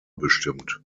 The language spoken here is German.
bestimmt